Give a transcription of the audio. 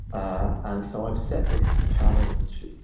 ah and so i've set this challenge.